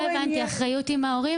לא הבנתי, אחריות עם ההורים?